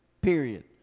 period